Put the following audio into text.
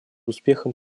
успехом